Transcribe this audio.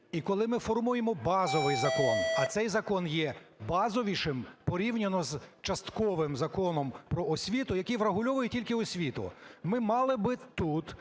і коли ми формуємо базовий закон, а цей закон єбазовішим порівняно з частковим Законом "Про освіту", який врегульовує тільки освіту, ми мали би тут